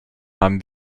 haben